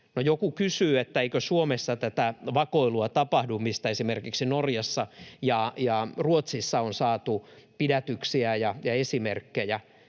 joku kysyy, että eikö Suomessa tapahdu tätä vakoilua, mistä esimerkiksi Norjassa ja Ruotsissa on saatu pidätyksiä ja esimerkkejä.